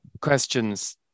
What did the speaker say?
questions